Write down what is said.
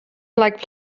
like